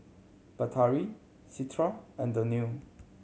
Batari Citra and Daniel